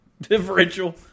differential